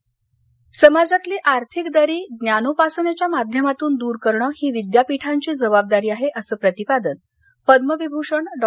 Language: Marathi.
अनिल काकोडकर गडचिरोली समाजातली आर्थिक दरी ज्ञानोपासनेच्या माध्यमातून दूर करणं ही विद्यापीठाची जबाबदारी आहे असं प्रतिपादन पद्मविभूषण डॉ